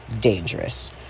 dangerous